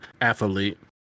Athlete